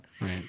Right